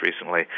recently